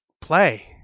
play